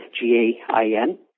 G-A-I-N